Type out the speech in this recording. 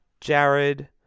Jared